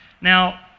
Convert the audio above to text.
now